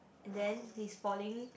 and then he's falling